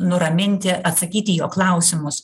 nuraminti atsakyti į jo klausimus